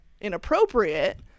inappropriate